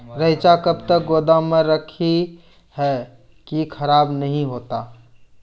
रईचा कब तक गोदाम मे रखी है की खराब नहीं होता?